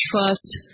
trust